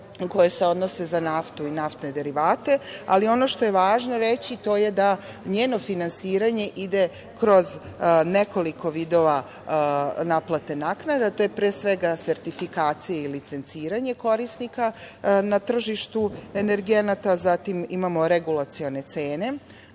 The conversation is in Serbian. koje se odnose na naftu i naftne derivate. Ono što je važno reći to je da njeno finansiranje ide kroz nekoliko vidova naplate naknada, a to je pre svega sertifikacija ili licenciranje korisnika na tržištu energenata, zatim imamo regulacione cene.